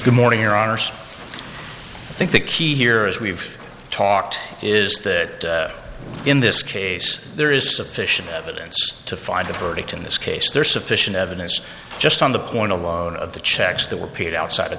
good morning your honor so i think the key here is we've talked is that in this case there is sufficient evidence to find a verdict in this case there is sufficient evidence just on the point of all of the checks that were paid outside of